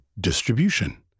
distribution